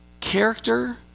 Character